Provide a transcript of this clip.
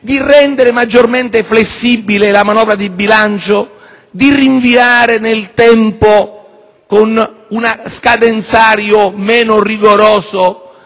di rendere maggiormente flessibile la manovra di bilancio, di rinviare nel tempo, con uno scadenzario meno rigoroso,